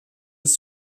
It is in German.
des